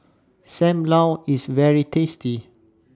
SAM Lau IS very tasty